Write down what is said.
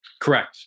Correct